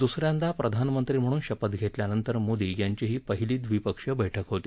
दुसऱ्यांदा प्रधानमंत्री म्हणून शपथ घेतल्यांनंतर मोदी यांची ही पहिली द्विपक्षीय बैठक होती